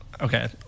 okay